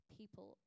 people